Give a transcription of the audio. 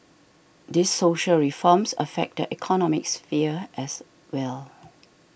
these social reforms affect the economic sphere as well